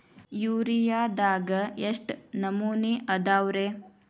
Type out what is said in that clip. ಯೂರಿಯಾದಾಗ ಎಷ್ಟ ನಮೂನಿ ಅದಾವ್ರೇ?